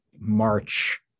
March